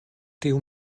tiu